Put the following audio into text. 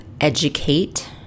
educate